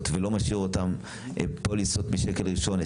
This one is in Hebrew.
ולא משאיר אותן פוליסות משקל ראשון,